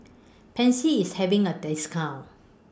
Pansy IS having A discount